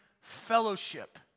fellowship